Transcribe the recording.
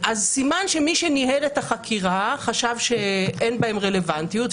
סימן שמי שניהל את החקירה חשב שאין בהם רלוונטיות,